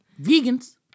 Vegans